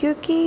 क्योंकि